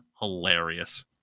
hilarious